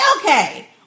okay